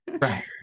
Right